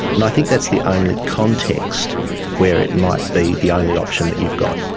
and i think that's the only context where it might be the only option that you've got,